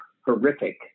horrific